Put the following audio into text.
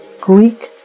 Greek